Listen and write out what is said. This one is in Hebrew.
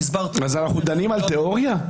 אז אנחנו דנים בתיאוריה?